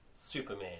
Superman